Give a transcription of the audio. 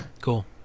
Cool